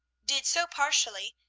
did so partially,